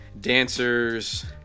dancers